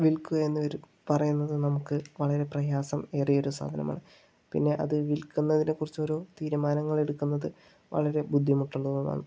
വിൽക്കുക എന്ന് പറയുന്നത് നമുക്ക് വളരെ പ്രയാസം ഏറിയ ഒരു സാധനമാണ് പിന്നെ അത് വിൽക്കുന്നതിനെ കുറിച്ച് ഒരു തീരുമാനങ്ങളെടുക്കുന്നത് വളരെ ബുദ്ധിമുട്ടുള്ളതും ആണ്